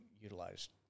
utilized